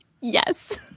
Yes